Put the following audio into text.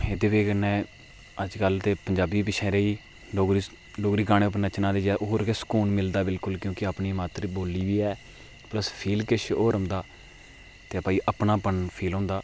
एहदी बजह कन्नै अजकल दे पंजाबी बी पिच्छे रेही गे डोगरी गाने उप्पर नच्चने दा होर गै सकून मिलदा बिल्कुल क्योंकि अपनी मात्री बोल्ली बी ऐ पल्स फील किश होर औंदा ते भाई अपना पन फील होंदा